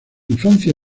infancia